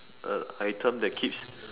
a item that keeps